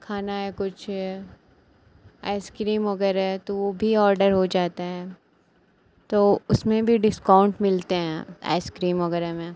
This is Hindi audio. खाना है कुछ आइस क्रीम वग़ैरह है तो वह भी ऑडर हो जाता है तो उसमें भी डिस्काउन्ट मिलते हैं आइस क्रीम वग़ैरह में